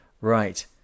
right